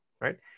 right